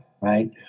right